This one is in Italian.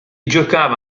giocava